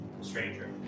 stranger